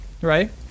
right